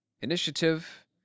initiative